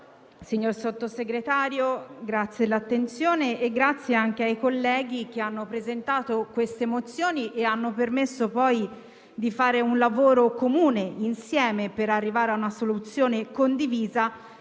Signor Sottosegretario, la ringrazio dell'attenzione e ringrazio anche ai colleghi che hanno presentato le mozioni in esame e hanno permesso di fare un lavoro comune, insieme, per arrivare a una soluzione condivisa